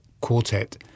Quartet